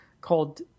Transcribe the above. called